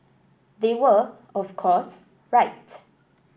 they were of course right